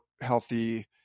healthy